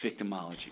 victimology